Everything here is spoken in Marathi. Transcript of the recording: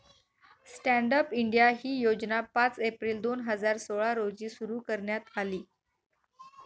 स्टँडअप इंडिया ही योजना पाच एप्रिल दोन हजार सोळा रोजी सुरु करण्यात आली